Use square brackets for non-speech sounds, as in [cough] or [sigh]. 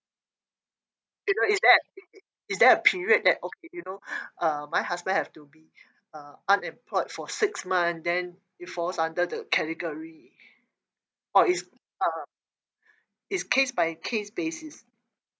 you know is there is there a period that okay you know [breath] uh my husband have to be uh unemployed for six month then he falls under the category or is uh is case by case basis